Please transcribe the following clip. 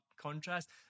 contrast